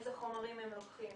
איזה חומרים הם לוקחים,